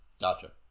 Gotcha